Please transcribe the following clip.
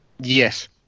yes